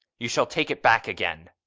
you shall take it back again!